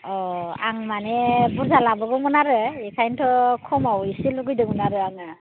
अ आं माने बुरजा लाबोगौमोन आरो बेखायनोथ' खमाव इसे लुबैदोंमोन आरो आङो